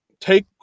take